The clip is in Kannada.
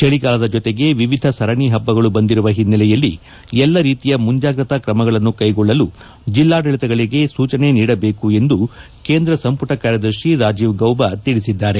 ಚಳಿಗಾಲದ ಜೊತೆಗೆ ವಿವಿಧ ಸರಣಿ ಹಬ್ಬಗಳು ಬಂದಿರುವ ಹಿನ್ನೆಲೆಯಲ್ಲಿ ಎಲ್ಲ ರೀತಿಯ ಮುಂಜಾಗ್ರತಾ ಕ್ರಮಗಳನ್ನು ಕ್ಷೆಗೊಳ್ಳಲು ಜಿಲ್ಲಾಡಳಿತಗಳಿಗೆ ಸೂಚಿಸಬೇಕು ಎಂದು ಕೇಂದ್ರ ಸಂಪುಟ ಕಾರ್ಯದರ್ಶಿ ರಾಜೀವ್ ಗೌಬಾ ತಿಳಿಸಿದ್ದಾರೆ